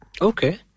Okay